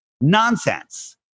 Nonsense